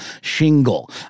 shingle